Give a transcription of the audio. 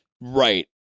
Right